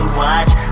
watch